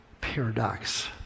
paradox